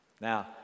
Now